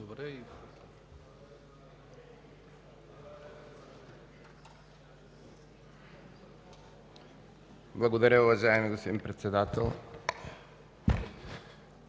Благодаря, уважаема госпожо Председател.